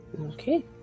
Okay